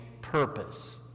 purpose